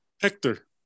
Hector